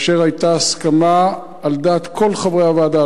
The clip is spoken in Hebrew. היתה הסכמה על דעת כל חברי הוועדה,